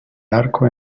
arco